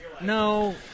No –